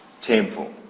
temple